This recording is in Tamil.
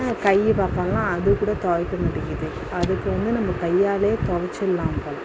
கை பக்கமெலாம் அது கூட துவைக்க மாட்டேங்கிது அதுக்கு வந்து நம்ம கையாலேயே துவைச்சுரலாம் போல்